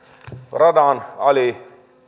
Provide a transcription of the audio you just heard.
radan ali